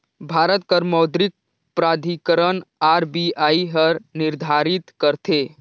भारत कर मौद्रिक प्राधिकरन आर.बी.आई हर निरधारित करथे